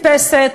נתפסת.